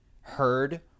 heard